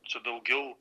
čia daugiau